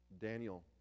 Daniel